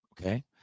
okay